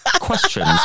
Questions